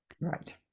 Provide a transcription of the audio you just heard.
right